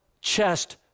chest